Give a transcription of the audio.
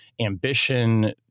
ambition